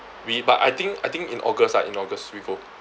we but I think I think in august ah in august we go